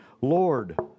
Lord